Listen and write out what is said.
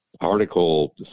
Article